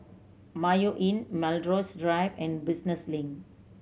Mayo Inn Melrose Drive and Business Link